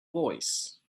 voice